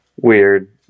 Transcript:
weird